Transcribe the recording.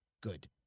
good